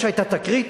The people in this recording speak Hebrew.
או שהיתה תקרית,